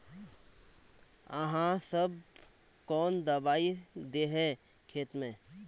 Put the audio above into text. आहाँ सब कौन दबाइ दे है खेत में?